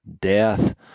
death